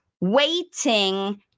waiting